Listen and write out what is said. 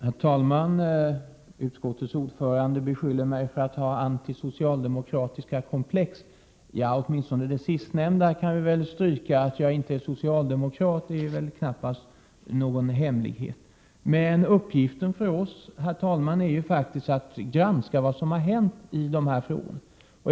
Herr talman! Utskottets ordförande beskyller mig för att ha antisocialdemokratiska komplex. Ja, åtminstone det sistnämnda kan vi väl stryka. Att jag inte är socialdemokrat är väl knappast någon hemlighet. Uppgiften för oss, herr talman, är ju att granska vad som har hänt i dessa frågor.